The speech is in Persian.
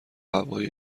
هوای